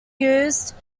used